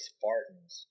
Spartans